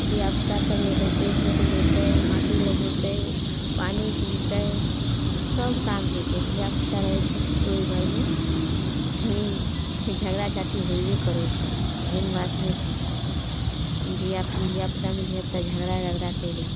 तऽ धियापुता सभ लेढ़ेते भोतलैते माटि लगैते पानि गिजतै सभ काम हेतै धियापुता रहै छै तऽ ओहि घरमे अखन झगड़ा झाँटि होइबे करै छै एहन बात नहि छै धिया धियापुतामे धियापुता झगड़ा रगड़ा कयलक